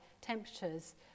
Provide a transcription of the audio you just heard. temperatures